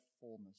fullness